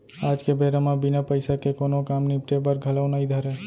आज के बेरा म बिना पइसा के कोनों काम निपटे बर घलौ नइ धरय